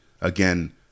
Again